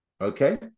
okay